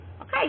Okay